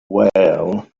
well